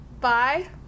Bye